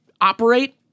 operate